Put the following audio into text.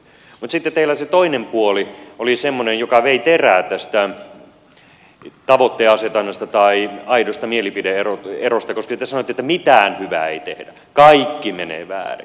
mutta sitten teillä se toinen puoli oli semmoinen joka vei terää tästä tavoitteenasetannasta tai aidosta mielipide erosta koska te sanoitte että mitään hyvää ei tehdä kaikki menee väärin